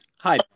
Hi